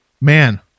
man